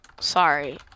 Sorry